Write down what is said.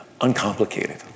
uncomplicated